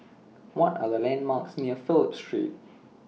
What Are The landmarks near Phillip Street